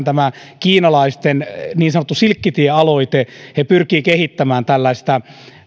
tämän kiinalaisten niin sanotun silkkitie aloitteen he pyrkivät kehittämään tällaista